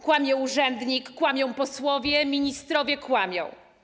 Kłamie urzędnik, kłamią posłowie, ministrowie kłamią.